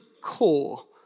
core